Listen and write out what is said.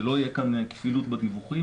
שלא תהיה כאן כפילות בדיווחים.